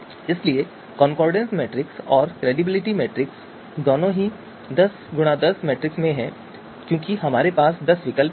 इसलिए concordance matrix और creditability matrix दोनों ही 10x10 मैट्रिक्स हैं क्योंकि हमारे पास दस विकल्प हैं